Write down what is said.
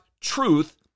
truth